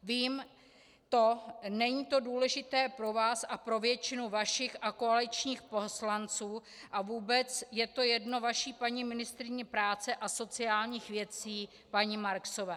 Vím, není to důležité pro vás a pro většinu vašich a koaličních poslanců, a vůbec je to jedno vaší paní ministryni práce a sociálních věcí paní Marksové.